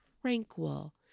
tranquil